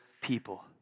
people